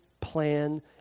plan